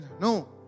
No